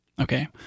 okay